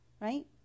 right